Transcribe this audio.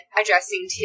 addressing